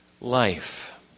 life